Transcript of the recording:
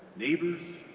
neighbors,